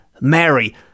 mary